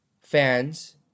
fans